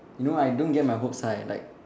you know I don't get my hopes high like